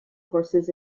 horses